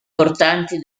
portanti